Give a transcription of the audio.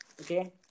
okay